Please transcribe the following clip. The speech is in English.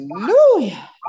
Hallelujah